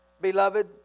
beloved